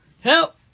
Help